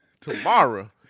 Tomorrow